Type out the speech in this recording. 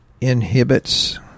inhibits